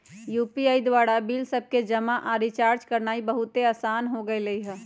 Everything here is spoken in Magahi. यू.पी.आई द्वारा बिल सभके जमा आऽ रिचार्ज करनाइ बहुते असान हो गेल हइ